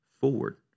forward